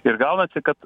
ir gaunasi kad